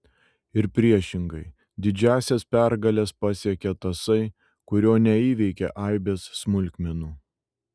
ir priešingai didžiąsias pergales pasiekia tasai kurio neįveikia aibės smulkmenų